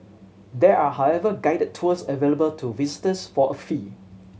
there are however guided tours available to visitors for a fee